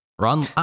Ron